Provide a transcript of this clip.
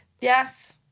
Yes